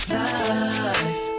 life